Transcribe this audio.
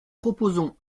proposons